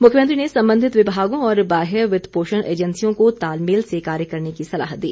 मुख्यमंत्री ने संबधित विभागों और बाह्य वित्त पोषण ऐजेंसियों को तालमेल से कार्य करने की सलाह दी